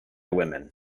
women